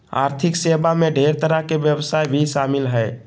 आर्थिक सेवा मे ढेर तरह के व्यवसाय भी शामिल हय